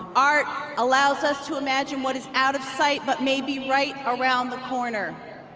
art allows us to imagine what is out of sight but may be right around the corner.